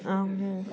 आङो